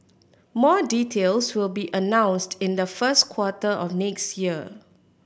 more details will be announced in the first quarter of next year